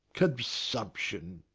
consumption!